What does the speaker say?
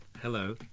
Hello